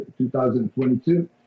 2022